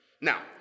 Now